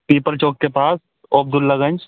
people Chowk के पास अबदुल्लागंज